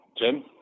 Jim